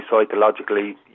psychologically